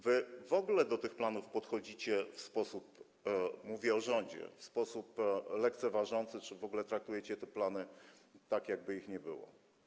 Wy w ogóle do tych planów podchodzicie, mówię o rządzie, w sposób lekceważący, czy w ogóle traktujecie te plany tak, jakby ich nie było.